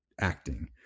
acting